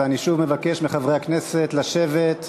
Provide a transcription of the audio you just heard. ואני שוב מבקש מחברי הכנסת לשבת.